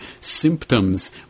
symptoms